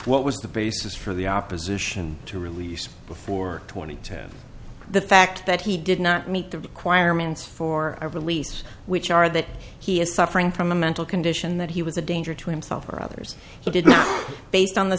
what was the basis for the opposition to release before two thousand and ten the fact that he did not meet the requirements for release which are that he is suffering from a mental condition that he was a danger to himself or others he did not based on the